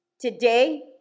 Today